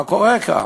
מה קורה כאן?